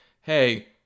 hey